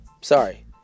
Sorry